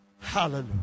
Hallelujah